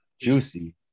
juicy